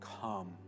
come